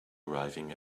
arriving